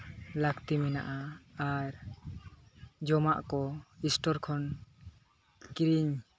ᱞᱟᱹᱠᱛᱤ ᱢᱮᱱᱟᱜᱼᱟ ᱟᱨ ᱡᱚᱢᱟᱜ ᱠᱚ ᱥᱴᱳᱨ ᱠᱷᱚᱱ ᱠᱤᱨᱤᱧ